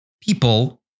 people